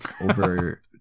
over